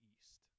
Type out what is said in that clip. East